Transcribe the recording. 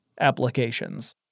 applications